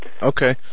Okay